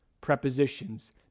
prepositions